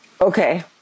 Okay